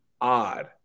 odd